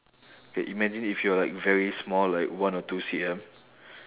K imagine if you are like very small like one or two C_M